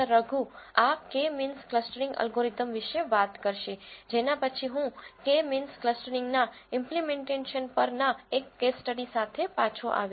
રઘુ આ K means clustering algorithm વિશે વાત કરશે જેના પછી હું કે મીન્સ ક્લસ્ટરીંગ ના ઈમ્પલીમેન્ટેશન પર ના એક કેસ સ્ટડી સાથે પાછો આવીશ